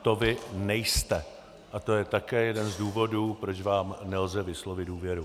To vy nejste a to je také jeden z důvodů, proč vám nelze vyslovit důvěru.